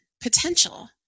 potential